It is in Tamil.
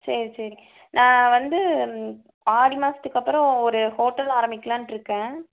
சரி சரி நான் வந்து ஆடி மாசத்துக்கு அப்பறம் ஒரு ஹோட்டல் ஆரம்பிக்கலான்ட்ருக்கேன்